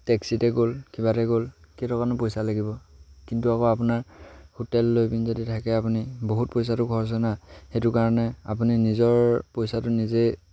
টেক্সিতে গ'ল কিবাতে গ'ল কেইটকানো পইচা লাগিব কিন্তু আকৌ আপোনাৰ হোটেল লৈ পিনি যদি থাকে আপুনি বহুত পইচাটো খৰচ হয় না সেইটো কাৰণে আপুনি নিজৰ পইচাটো নিজেই